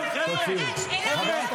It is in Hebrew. קריאה שנייה.